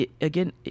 again